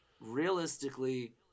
realistically